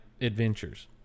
adventures